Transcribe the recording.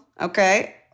okay